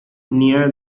near